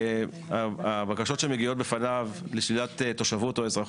הבקשות שמגיעות לפניו לשלילת תושבות או אזרחות,